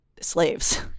slaves